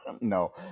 No